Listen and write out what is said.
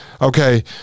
Okay